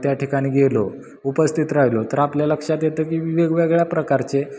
त्या ठिकाणी गेलो उपस्थित राहिलो तर आपल्या लक्षात येतं की वेगवेगळ्या प्रकारचे